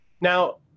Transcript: Now